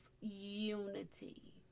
unity